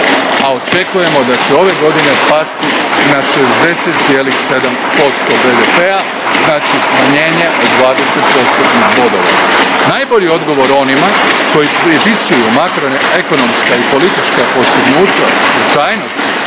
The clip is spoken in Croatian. a očekujemo da će ove godine pasti na 60,7% BDP-a, znači smanjenje od 20 postotnih bodova. Najbolji odgovor onima koji pripisuju makroekonomska i politička postignuća slučajnosti